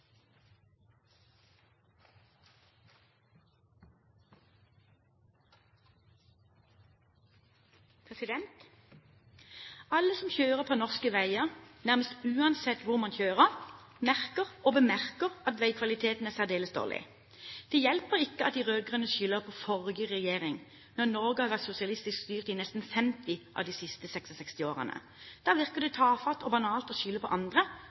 Alle som kjører på norske veier, nærmest uansett hvor man kjører, merker og bemerker at veikvaliteten er særdeles dårlig. Det hjelper ikke at de rød-grønne skylder på forrige regjering, når Norge har vært sosialistisk styrt i nesten 50 av de siste 66 årene. Da virker det tafatt og banalt å skylde på andre,